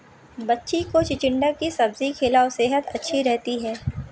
बच्ची को चिचिण्डा की सब्जी खिलाओ, सेहद अच्छी रहती है